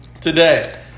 Today